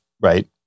right